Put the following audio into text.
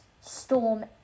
storm